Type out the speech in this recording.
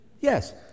yes